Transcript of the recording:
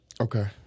Okay